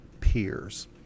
peers